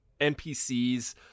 NPCs